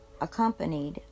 accompanied